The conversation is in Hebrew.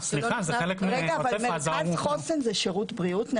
מרכז חוסן נחשב לשירות בריאות?